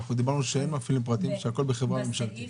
אנחנו אומרים שהכול הוא חברה ממשלתית,